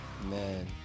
Man